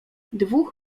dwóch